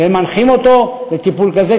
ושם ינחו אותו לתת טיפול כזה,